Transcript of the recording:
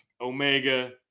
Omega